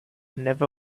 never